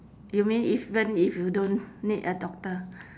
you mean even if you don't need a doctor